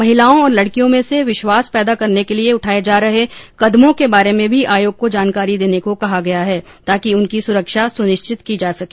महिलाओं और लड़कियों में में विश्वास पैदा करने के लिए उठाए जा रहे कदमों के बारे में भी आयोग को जानकारी देने को कहा गया है ताकि उनकी सुरक्षा सुनिश्चित की जा सके